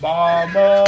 Mama